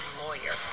lawyer